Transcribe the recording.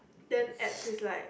then abs is like